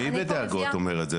מי בדאגות אומר את זה?